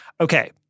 Okay